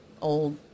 old